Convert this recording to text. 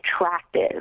attractive